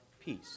peace